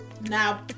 Now